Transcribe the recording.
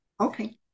Okay